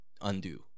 undo